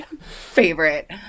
Favorite